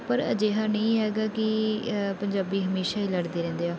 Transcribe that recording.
ਪਰ ਅਜਿਹਾ ਨਹੀਂ ਹੈਗਾ ਕਿ ਪੰਜਾਬੀ ਹਮੇਸ਼ਾ ਹੀ ਲੜਦੇ ਰਹਿੰਦੇ ਆ